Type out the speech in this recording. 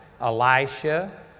Elisha